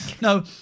No